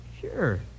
Sure